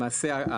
למעשה,